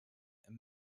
and